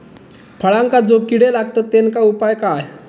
फळांका जो किडे लागतत तेनका उपाय काय?